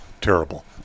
terrible